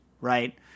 right